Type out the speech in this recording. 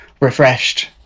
refreshed